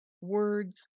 words